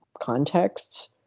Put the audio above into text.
contexts